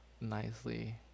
nicely